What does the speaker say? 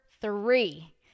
three